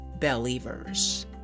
Believers